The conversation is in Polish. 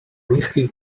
niskich